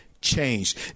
Changed